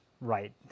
right